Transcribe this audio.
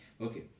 Okay